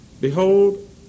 Behold